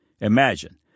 Imagine